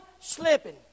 slipping